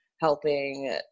helping